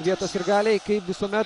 vietos sirgaliai kaip visuomet